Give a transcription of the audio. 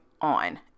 on